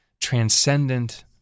transcendent